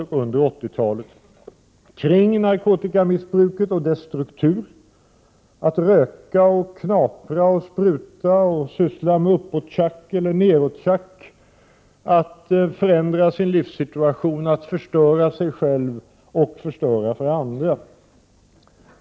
Det har hänt så mycket när det gäller narkotikamissbruket och dess struktur, att röka, knapra och spruta och syssla med uppåttjack eller nedåttjack, att förändra sin livssituation och att förstöra sig själv och förstöra för andra.